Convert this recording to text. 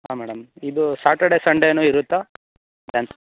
ಹಾಂ ಮೇಡಮ್ ಇದು ಸಾಟರ್ಡೆ ಸಂಡೆನೂ ಇರುತ್ತಾ ಡ್ಯಾನ್ಸ್